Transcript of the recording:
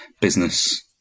business